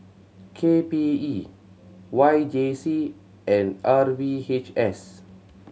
K P E Y J C and R V H S